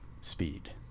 speed